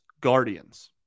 Guardians